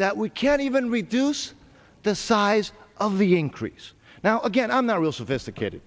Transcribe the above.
that we can't even reduce the size of the increase now again i'm not real sophisticated